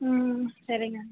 ம் சரிங்க